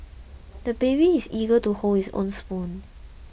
the baby is eager to hold his own spoon